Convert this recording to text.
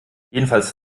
jedenfalls